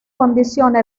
condiciona